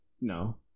No